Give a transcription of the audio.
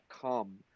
come